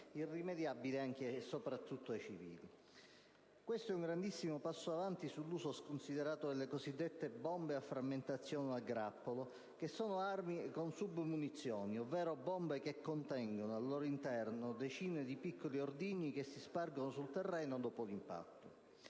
irrimediabili anche e soprattutto ai civili. È questo un grandissimo passo avanti sull'uso sconsiderato delle cosiddette bombe a frammentazione o a grappolo, che sono armi con sub-munizioni, ovvero bombe che contengono al loro interno decine di piccoli ordigni che si spargono sul terreno dopo l'impatto.